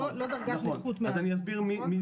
לא דרגת נכות 100%. נכון.